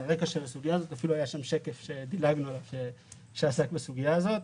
אפילו היה שקף שדילגנו עליו שעסק בסוגיה הזאת.